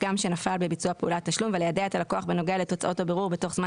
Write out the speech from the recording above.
שנפל בביצוע פעולת תשלום וליידע את הלקוח בנוגע לתוצאות הבירור בתוך זמן